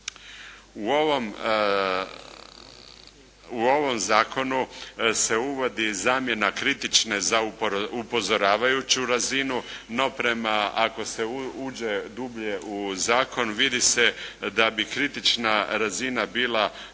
U ovom zakonu se uvodi zamjena „kritične“ za „upozoravajuću“ razinu, no prema ako se uđe dublje u zakon vidi se da bi kritična razina bila niža